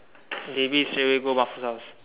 maybe straight away go house